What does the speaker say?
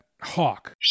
Hawk